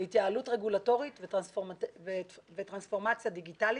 התייעלות רגולטורית וטרנספורמציה דיגיטלית,